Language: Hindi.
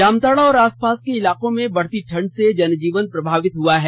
जामताड़ा और आस पास के इलाकों में बढ़ती ठंड से जनजीवन प्रभावित हुआ है